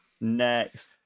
Next